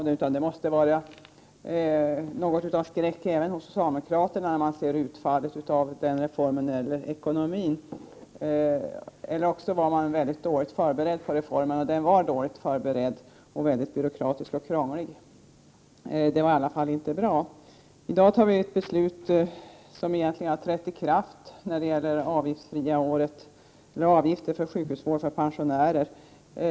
Det måste vara något av en skräck även hos socialdemokraterna, när man ser det ekonomiska utfallet av den reformen, eller också var man dåligt förberedd inför reformen. Reformen var dåligt förberedd och mycket byråkratisk och krånglig. Den var i alla fall inte bra. I dag fattar vi ett beslut som egentligen har trätt i kraft när det gäller avgifter för sjukhusvård för pensionärer.